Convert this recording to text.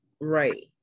right